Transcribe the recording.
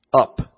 up